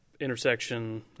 intersection